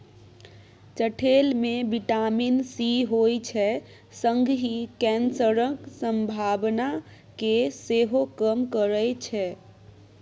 चठेल मे vitamin C होइ छै संगहि कैंसरक संभावना केँ सेहो कम करय छै